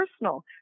personal